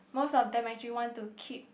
most of them actually want to keep